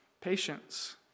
patience